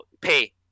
pay